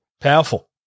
Powerful